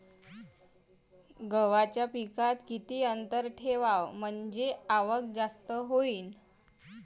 गव्हाच्या पिकात किती अंतर ठेवाव म्हनजे आवक जास्त होईन?